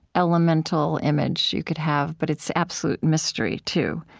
elemental image you could have, but it's absolute mystery too.